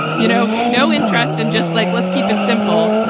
you know, no interest. and just like, let's keep it simple.